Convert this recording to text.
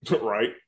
right